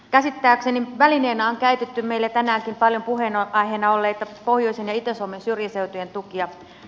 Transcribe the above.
käsittääkseni välineenä on käytetty meillä tänäänkin paljon puheenaiheena olleita pohjoisen ja itä suomen syrjäseutujen tukia